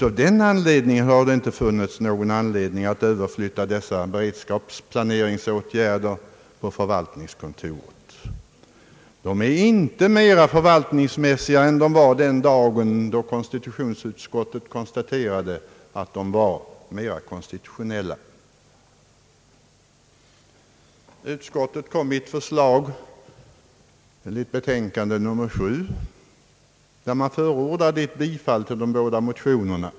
Av den anledningen har det inte funnits något skäl att överflytta dessa beredskapsplanerande åtgärder på förvaltningskontoret. Beredskapsplaneringen är inte nu mera förvaltningsmässig än den var den dag då konstitutionsutskottet fastslog att den var av mera konstitutionell karaktär. I sitt utlåtande nr 7 förordar utskottet ett bifall till de båda motionerna.